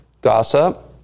Gossip